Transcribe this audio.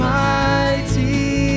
mighty